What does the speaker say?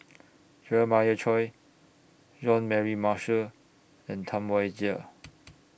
Jeremiah Choy Jean Mary Marshall and Tam Wai Jia